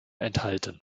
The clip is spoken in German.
enthalten